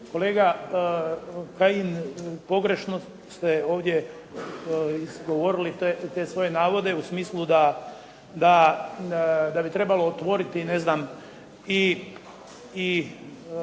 Kolega Kajin pogrešno ste ovdje izgovorili te svoje navode u smislu da bi trebalo otvoriti ne znam, i